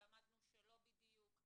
למדנו שלא בדיוק.